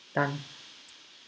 done